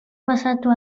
pasatu